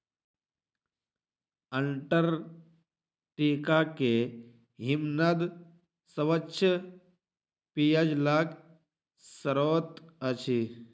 Antarctica के हिमनद स्वच्छ पेयजलक स्त्रोत अछि